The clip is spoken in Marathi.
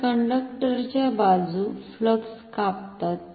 तर कंडक्टरच्या बाजु फ्लक्स कापतात